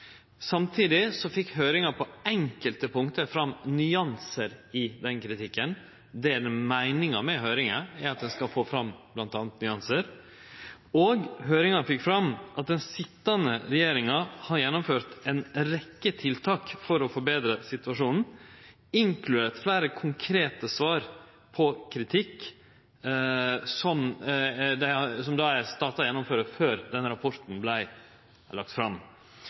Samtidig fekk høyringa på enkelte punkt fram nyansar i den kritikken. Meininga med høyringar er bl.a. at ein skal få fram nyansar. Høyringa fekk fram at den sitjande regjeringa har gjennomført ei rekkje tiltak for å betre situasjonen – inkludert fleire konkrete svar på kritikk – før denne rapporten vart lagd fram. Det er